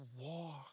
walk